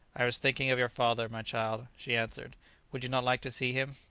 i was thinking of your father, my child, she answered would you not like to see him?